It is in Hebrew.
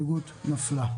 ההסתייגות נפלה.